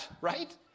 right